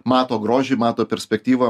mato grožį mato perspektyvą